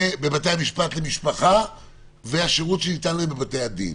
בבתי-המשפט למשפחה והשירות שניתן בבתי-הדין.